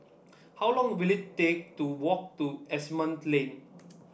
how long will it take to walk to Asimont Lane